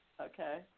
Okay